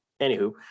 anywho